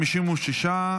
56,